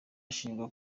ashinjwa